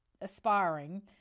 aspiring